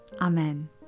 Amen